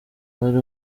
wari